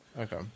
Okay